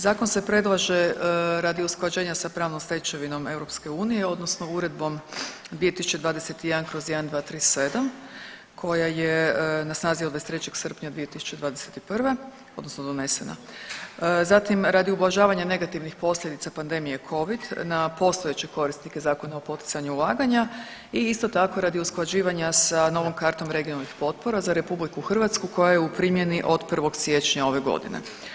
Zakon se predlaže radi usklađenja s pravnom stečevinom EU odnosno Uredbom 2021/1237 koja je na snazi od 23. srpnja 2021. odnosno donesena, zatim radi ublažavanja negativnih posljedica pandemije covid, na postojeće korisnike Zakona o poticanju ulaganja i isto tako radi usklađivanja sa novom kartom regionalnih potpora za RH koja je u primjeni od 1. siječnja ove godine.